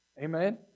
Amen